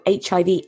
HIV